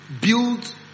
Build